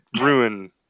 ruin